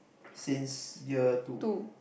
since year two